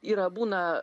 yra būna